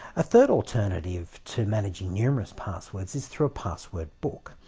a third alternative to managing numerous passwords is through a password book.